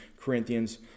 Corinthians